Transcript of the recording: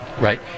Right